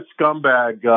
scumbag